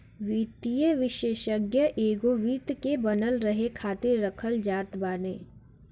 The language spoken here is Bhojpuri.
वित्तीय विषेशज्ञ एगो वित्त के बनल रहे खातिर रखल जात बाने